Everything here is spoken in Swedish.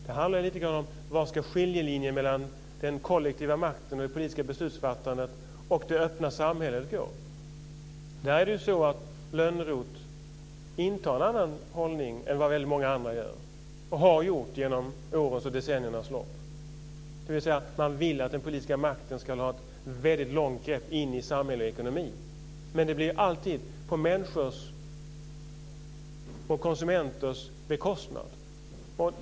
Det handlar om var skiljelinjen mellan den kollektiva makten och det politiska beslutsfattandet och det öppna samhället ska gå. Där är det så att Lönnroth intar en annan hållning än vad väldigt många andra gör och har gjort under årens och decenniernas lopp, dvs. att man vill att den politiska makten ska ha ett väldigt långt grepp in i samhälle och ekonomi. Men det blir alltid på människors och konsumenters bekostnad.